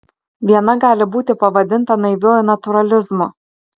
viena gali būti pavadinta naiviuoju natūralizmu